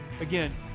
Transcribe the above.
Again